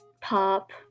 pop